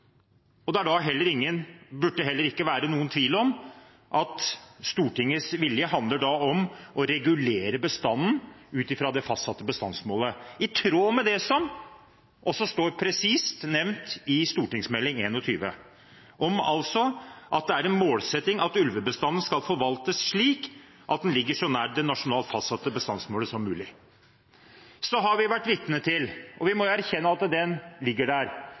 og det burde da heller ikke være noen tvil om at Stortingets vilje handler om å regulere bestanden ut ifra det fastsatte bestandsmålet, i tråd med det som står presist nevnt i Meld. St. 21, om at det er «en målsetting at ulvebestanden skal forvaltes slik at den ligger så nær det nasjonalt fastsatte bestandsmålet som mulig». Så har vi vært vitne til – og vi må erkjenne at det ligger der